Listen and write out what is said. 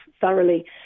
thoroughly